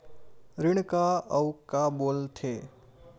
ऋण का अउ का बोल थे?